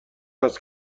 است